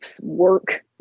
work